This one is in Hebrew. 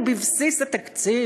הוא בבסיס התקציב.